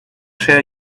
share